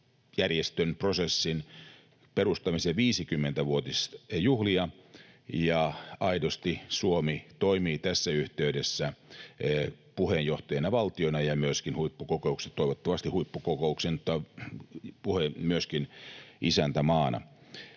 Etyj-järjestön ja ‑prosessin perustamisen 50-vuotisjuhlia, ja aidosti Suomi toimii tässä yhteydessä puheenjohtajavaltiona ja myöskin toivottavasti huippukokouksen isäntämaana.